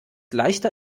leichter